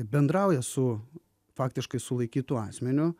bendrauja su faktiškai sulaikytu asmeniu